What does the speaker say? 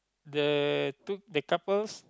the two the couples